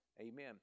Amen